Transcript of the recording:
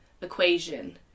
equation